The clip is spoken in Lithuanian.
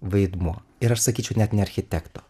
vaidmuo ir aš sakyčiau net ne architekto